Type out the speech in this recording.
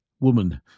woman